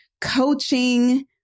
coaching